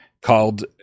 called